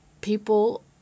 people